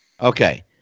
Okay